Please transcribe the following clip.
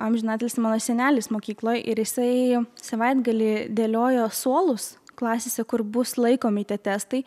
amžinatilsį mano senelis mokykloj ir jisai savaitgalį dėliojo suolus klasėse kur bus laikomi tie testai